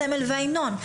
הסמל וההמנון.